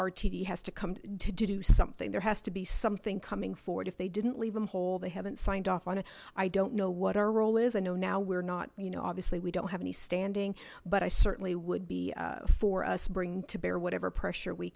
rtd has to come to do something there has to be something coming forward if they didn't leave them whole they haven't signed off on it i don't know what our role is i know now we're not you know obviously we don't have any standing but i certainly would be for us bringing to bear whatever pressure we